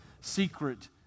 secret